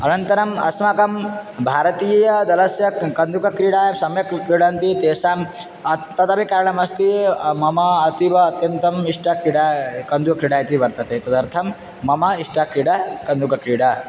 अनन्तरम् अस्माकं भारतीयदलस्य कन्दुकक्रीडायां सम्यक् क्रीडन्ति तेषां तदपि कारणम् अस्ति मम अतीव अत्यन्तम् इष्टक्रीडा कन्दुकक्रीडा इति वर्तते तदर्थं मम इष्टक्रीडा कन्दुकक्रीडा